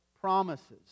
promises